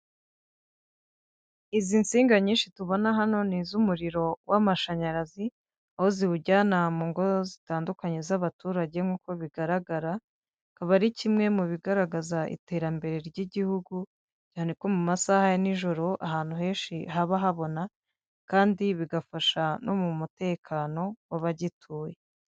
Izi nsinga nyinshi tubona hano ni iz'umuriro w'amashanyarazi aho ziwujyana mu ngo zitandukanye z'abaturage nk'uko bigaragara akaba ari kimwe mu bigaragaza iterambere ry'igihugu cyane ko mu masaha ya nijoro ahantu henshi haba habona kandi bigafasha no mu mutekano w'abagituye.